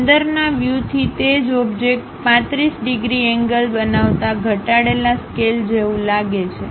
અંદર ના વ્યૂ થી તે જ ઓબ્જેક્ટ 35 ડિગ્રી એંગલ બનાવતા ઘટાડેલા સ્કેલ જેવું લાગે છે